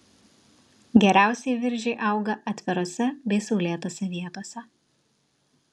geriausiai viržiai auga atvirose bei saulėtose vietose